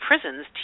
prisons